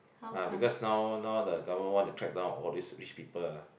ah because now now the government want to track down all these rich people ah